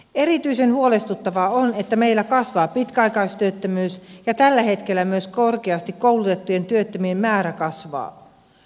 erityisen huolestuttavaa on että meillä kasvaa pitkäaikaistyöttömyys ja tällä hetkellä myös korkeasti koulutettujen työttömien määrä kasvaa